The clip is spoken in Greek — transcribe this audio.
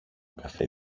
καφέ